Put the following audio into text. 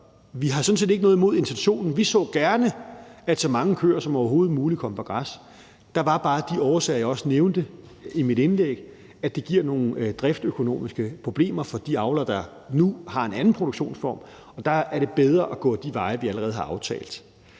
vi har sådan set ikke noget imod intentionen. Vi så gerne, at så mange køer som overhovedet muligt kommer på græs. Der er bare de årsager, som jeg også nævnte i mit indlæg, nemlig at det giver nogle driftsøkonomiske problemer for de avlere, der nu har en anden produktionsform, og der er det bedre at gå ad de veje, vi allerede har aftalt.